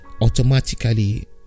automatically